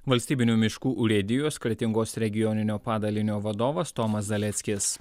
valstybinių miškų urėdijos kretingos regioninio padalinio vadovas tomas zaleckis